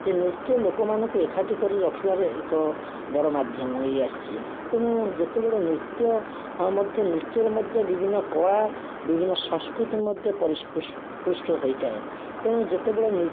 ଯେ ନୃତ୍ୟ ଲୋକମାନଙ୍କୁ ଏକାଠି କରି ରଖିବାର ଏକ ବଡ଼ ମାଧ୍ୟମ ହୋଇ ଆସିଛି ତେଣୁ ଯେତେବେଳେ ନୃତ୍ୟ ମଧ୍ୟ ନୃତ୍ୟର ମଧ୍ୟ ବିଭିନ୍ନ କଳା ବିଭିନ୍ନ ସଂସ୍କୃତି ମଧ୍ୟ ପରିପୃଷ୍ଟ ହୋଇଥାଏ ତେଣୁ ଯେତେବେଳେ